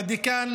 לדיקן,